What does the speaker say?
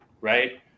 right